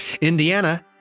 Indiana